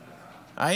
צוחק.